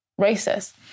racist